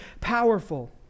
powerful